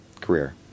career